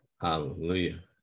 Hallelujah